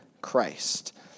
Christ